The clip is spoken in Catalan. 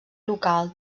local